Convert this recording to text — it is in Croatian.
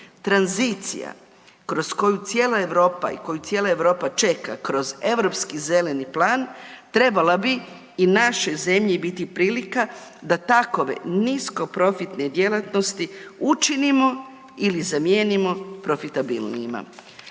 Europa i koju cijela Europa čeka kroz Europski zeleni plan trebala bi i našoj zemlji biti prilika da takove niskoprofitne djelatnosti učinimo ili zamijenimo profitabilnijima.